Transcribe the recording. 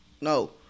No